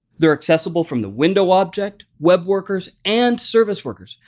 they're accessible from the window object, web workers, and service workers,